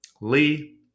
Lee